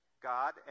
God